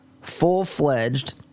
full-fledged